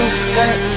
skirt